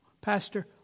Pastor